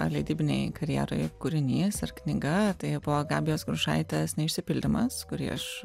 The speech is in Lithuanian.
leidybinei karjerai kūrinys ir knyga tai buvo gabijos grušaitės neišsipildymas kurį aš